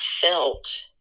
felt